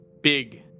Big